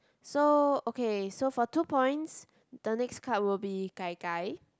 so okay so for two points the next card would be Gai Gai